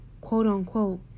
quote-unquote